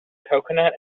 coconut